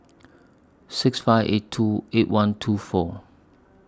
six five eight two eight one two four